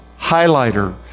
highlighter